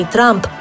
Trump